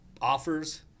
offers